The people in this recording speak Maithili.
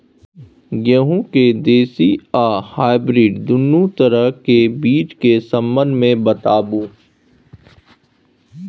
गेहूँ के देसी आ हाइब्रिड दुनू तरह के बीज के संबंध मे बताबू?